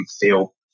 feel